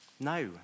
No